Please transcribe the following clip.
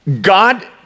God